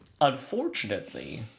Unfortunately